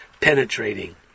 penetrating